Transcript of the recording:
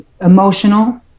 emotional